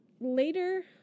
Later